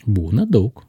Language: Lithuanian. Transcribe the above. būna daug